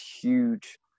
huge